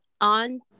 on